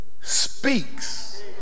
speaks